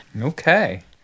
Okay